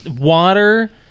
water